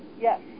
Yes